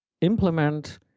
implement